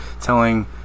telling